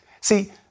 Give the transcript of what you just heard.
See